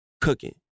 cooking